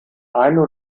einen